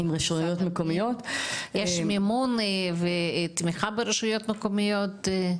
יש מימון ותמיכה ברשויות המקומיות?